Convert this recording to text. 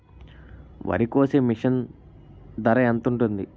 వరి కోసే మిషన్ ధర ఎంత ఉంటుంది?